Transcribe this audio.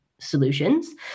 Solutions